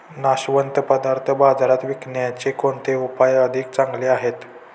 नाशवंत पदार्थ बाजारात विकण्याचे कोणते उपाय अधिक चांगले आहेत?